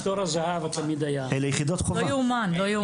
לא יאומן.